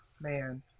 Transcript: man